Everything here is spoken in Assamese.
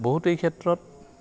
বহুত এই ক্ষেত্ৰত